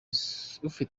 isuku